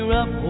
up